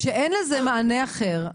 כשאין לזה מענה אחר,